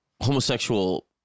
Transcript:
homosexual